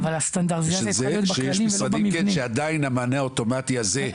ויש את זה שיש משרדים שבהם המענה האוטומטי הזה,